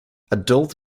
adult